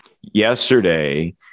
yesterday